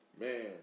Man